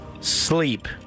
Sleep